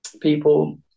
people